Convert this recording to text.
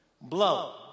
blow